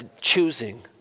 choosing